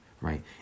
right